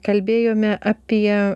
kalbėjome apie